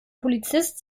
polizist